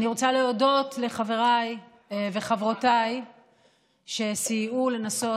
אני רוצה להודות לחבריי וחברותיי שסייעו וניסו